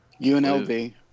UNLV